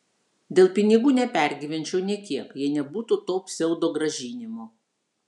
dėl pinigų nepergyvenčiau nė kiek jei nebūtų to pseudogrąžinimo